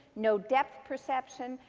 no depth perception,